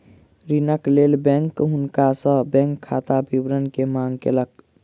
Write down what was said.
ऋणक लेल बैंक हुनका सॅ बैंक खाता विवरण के मांग केलक